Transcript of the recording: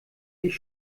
ich